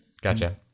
Gotcha